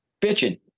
bitching